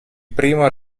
primo